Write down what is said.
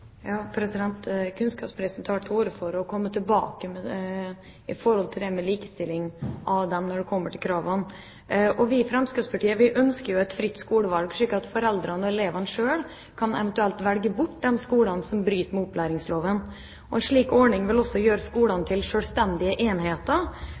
Kunnskapsministeren tar til orde for å komme tilbake med hensyn til likestilling av offentlige og private skoler når det gjelder krav. Vi i Fremskrittspartiet ønsker et fritt skolevalg slik at foreldrene og elevene selv eventuelt kan velge bort de skolene som bryter med opplæringsloven. En slik ordning vil også gjøre skolene